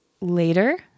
later